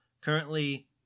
currently